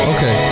Okay